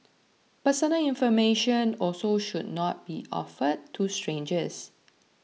personal information also should not be offered to strangers